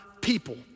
people